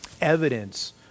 evidence